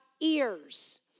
ears